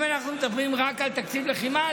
אם אנחנו מדברים רק על תקציב לחימה,